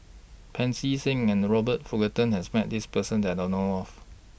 Pancy Seng and Robert Fullerton has Met This Person that I know of